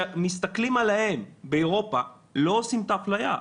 וכשמסתכלים עליהם באירופה לא עושים את האפליה.